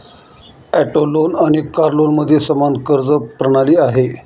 auto loan आणि car लोनमध्ये समान कर्ज प्रणाली आहे